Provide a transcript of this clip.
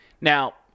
Now